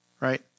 right